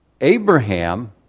Abraham